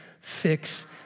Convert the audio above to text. fix